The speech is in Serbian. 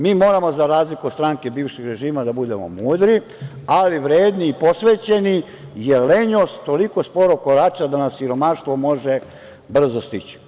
Mi moramo za razliku od stranke bivšeg režima da budemo mudri, ali vredni i posvećeni, jer lenjost toliko sporo korača da nas siromaštvo može brzo stići.